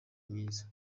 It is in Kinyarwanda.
myiza